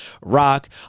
rock